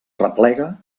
replega